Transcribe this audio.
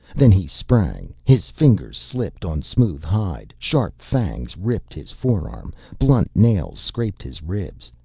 then he sprang. his fingers slipped on smooth hide, sharp fangs ripped his forearm, blunt nails scraped his ribs.